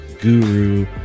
guru